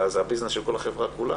אלא זה הביזנס של כל החברה כולה.